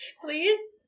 Please